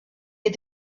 est